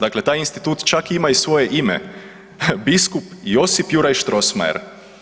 Dakle, taj institut čak ima i svoje ime „Biskup Josip Juraj Strossmayer“